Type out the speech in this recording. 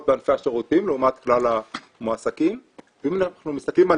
בענפי השירותים לעומת כלל המועסקים ואם אנחנו מסתכלים על